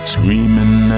Screaming